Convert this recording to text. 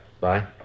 Bye